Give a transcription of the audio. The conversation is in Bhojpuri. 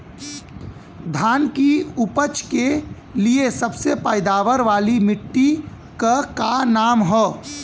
धान की उपज के लिए सबसे पैदावार वाली मिट्टी क का नाम ह?